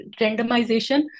randomization